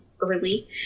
early